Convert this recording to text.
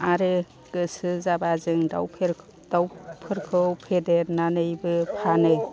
आरो गोसो जाबा जों दावफोखौ फेदेरनानैबो फानो